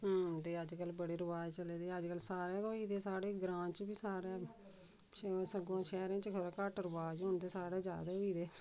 हून ते अज्जकल बड़े रबाज चले दे अज्जकल सारे गै होई गेदे साढ़े ग्रांऽ च बी सारै सगुआं शैह्रे च खबरै घट्ट रबाज होन ते साढ़ै ज्यादा होई गेदे